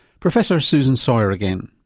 professor susan sawyer again.